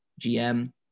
GM